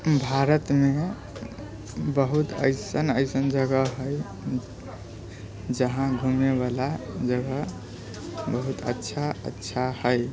भारतमे बहुत ऐसन ऐसन जगह है जहाँ घुमैवला जगह बहुत अच्छा अच्छा है